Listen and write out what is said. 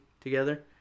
together